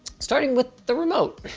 starting with the remote.